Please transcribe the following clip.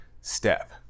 step